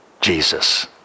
Jesus